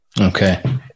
Okay